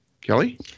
Kelly